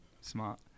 smart